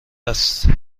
است